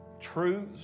truths